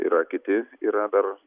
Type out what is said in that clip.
yra kiti yra dar